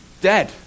dead